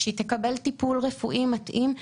שהיא תקבל טיפול רפואי מתאים,